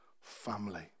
family